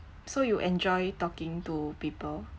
so you enjoy talking to people